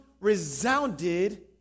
resounded